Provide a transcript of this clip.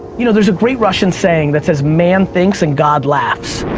you know, there's a great russian saying that says man thinks and god laughs.